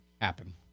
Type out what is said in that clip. happen